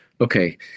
okay